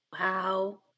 Wow